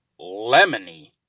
lemony